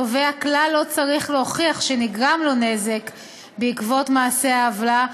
התובע כלל לא צריך להוכיח שנגרם לו נזק בעקבות מעשה העוולה,